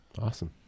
Awesome